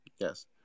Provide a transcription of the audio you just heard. Yes